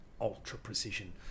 ultra-precision